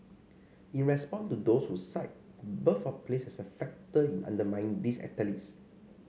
in response to those who cite birth of place as a factor in undermining these athletes